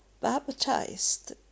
baptized